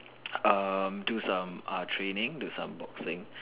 um do some uh training do some boxing